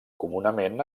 comunament